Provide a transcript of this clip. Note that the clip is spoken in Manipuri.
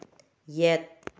ꯌꯦꯠ